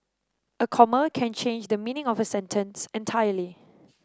a comma can change the meaning of a sentence entirely